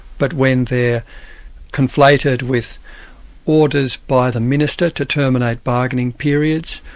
but when they're conflated with orders by the minister to terminate bargaining periods,